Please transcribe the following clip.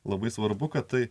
labai svarbu kad tai